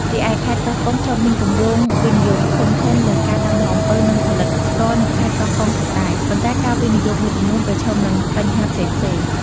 រីឯខេត្តកោះកុង ធ្លាប់មានគម្រោងវិនិយោគធំៗលើការដាំដុះអំពៅ និងផលិតស្ករនៅខេត្តកោះកុងផងដែរ ប៉ុន្តែការវិនិយោគមួយចំនួនប្រឈមនឹងបញ្ហាផ្សេងៗ។